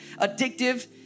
addictive